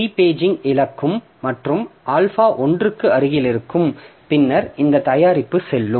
free paging இழக்கும் மற்றும் alpha ஒன்றுக்கு அருகில் இருக்கும் பின்னர் இந்த தயாரிப்பு வெல்லும்